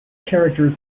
characters